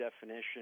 definition